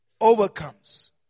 overcomes